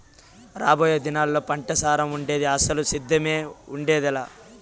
రాబోయే దినాల్లా పంటసారం ఉండేది, అసలు సేద్దెమే ఉండేదెలా